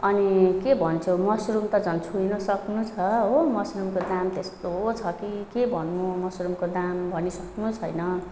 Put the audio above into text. अनि के भन्छौ मसरुम त झन् छोई नसक्नु छ हो मसरुमको दाम त्यस्तो छ कि के भन्नु मसरुमको दाम भनिसक्नु छैन